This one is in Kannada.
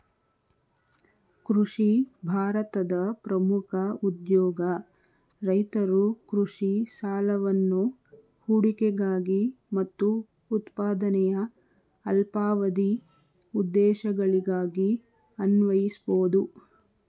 ಕೃಷಿ ಭಾರತದ ಪ್ರಮುಖ ಉದ್ಯೋಗ ರೈತರು ಕೃಷಿ ಸಾಲವನ್ನು ಹೂಡಿಕೆಗಾಗಿ ಮತ್ತು ಉತ್ಪಾದನೆಯ ಅಲ್ಪಾವಧಿ ಉದ್ದೇಶಗಳಿಗಾಗಿ ಅನ್ವಯಿಸ್ಬೋದು